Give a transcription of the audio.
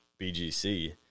BGC